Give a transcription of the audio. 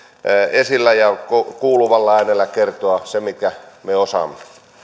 esillä ja kuuluvalla äänellä kertoa se minkä me osaamme